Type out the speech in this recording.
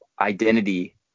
identity